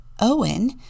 Owen